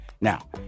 Now